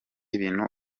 ibintu